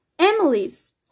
Emily's